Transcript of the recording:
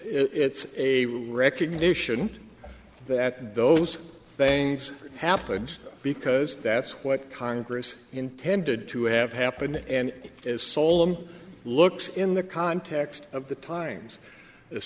it's a recognition that those things happens because that's what congress intended to have happen and it is solem looks in the context of the times as